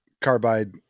carbide